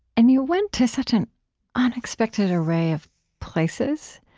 and you went to such an unexpected array of places